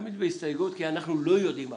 תמיד בהסתייגות כי אנחנו לא יודעים הכול.